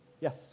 yes